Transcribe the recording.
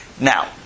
Now